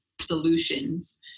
solutions